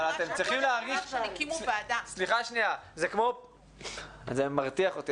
אבל אתם צריכים להרגיש אני חייב להודות שזה מרתיח אותי